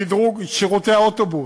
שדרוג שירותי האוטובוס,